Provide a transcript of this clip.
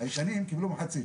הישנים קיבלו מחצית.